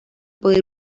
poder